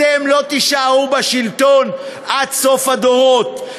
אתם לא תישארו בשלטון עד סוף הדורות,